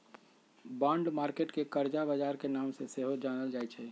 bond market के करजा बजार के नाम से सेहो जानल जाइ छइ